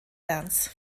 dance